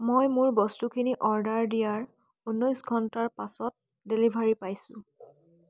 মই মোৰ বস্তুখিনি অৰ্ডাৰ দিয়াৰ ঊনৈছ ঘণ্টাৰ পাছত ডেলিভাৰী পাইছোঁ